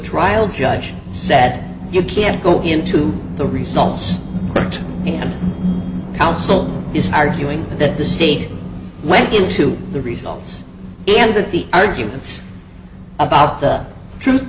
trial judge said you can't go into the results and counsel is arguing that the state went into the results and that the arguments about the truth